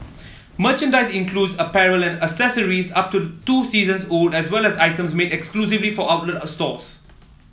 merchandise includes apparel and accessories up to two seasons old as well as items made exclusively for outlet stores